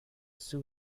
sue